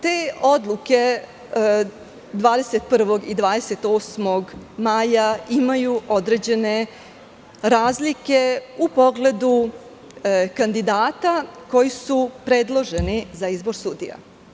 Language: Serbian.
Te odluke 21. i 28. maja imaju određene razlike u pogledu kandidata koji su predloženi za izbor sudija.